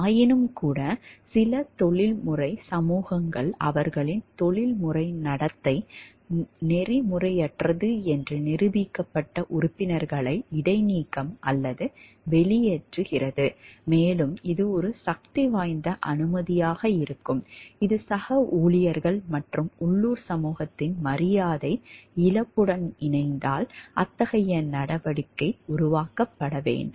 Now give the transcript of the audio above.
ஆயினும்கூட சில தொழில்முறை சமூகங்கள் அவர்களின் தொழில்முறை நடத்தை நெறிமுறையற்றது என்று நிரூபிக்கப்பட்ட உறுப்பினர்களை இடைநீக்கம் அல்லது வெளியேற்றுகிறது மேலும் இது ஒரு சக்திவாய்ந்த அனுமதியாக இருக்கும் இது சக ஊழியர்கள் மற்றும் உள்ளூர் சமூகத்தின் மரியாதை இழப்புடன் இணைந்தால் அத்தகைய நடவடிக்கை உருவாக்கப்பட வேண்டும்